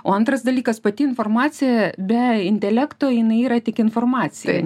o antras dalykas pati informacija be intelekto jinai yra tik informacija